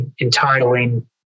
entitling